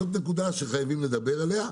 זאת נקודה שחייבים לדבר עליה.